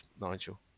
Nigel